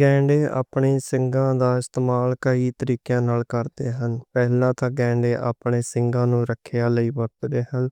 گینڈے اپنے سنگاں دا استعمال کئی طریقیاں نال کردے ہن۔ پہلا تے گینڈے اپنے سنگاں نوں رکھیا لئی ورتدے ہن۔